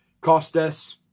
Costas